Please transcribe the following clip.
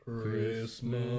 Christmas